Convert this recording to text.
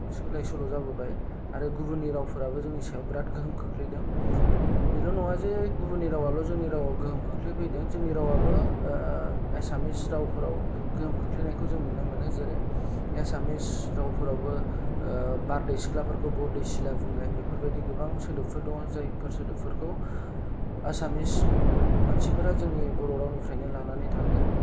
सोलाय सोल' जाबोबाय आरो गुबुननि रावफोराबो जोंनि सायाव बिराद गोहोम खोख्लैदों बेल' नङा जे गुबुननि रावाल' जोंनि रावआव गोहोम खोख्लैफैदों जोंनि रावआबो एसामिस रावफोराव गोहोम खोख्लैनायखौ जों नुनो मोनो जेरै एसामिस रावफोरावबो बारदै सिख्लाफोरखौ बरदयसिला बुंनाय बेफोरबायदि गोबां सोदोबफोर दङ जायफोर सोदोबफोरखौ आसामिस मानसिफोरा जोंनि बर' राविनफ्रायनो लानानै थांदों